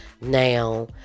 now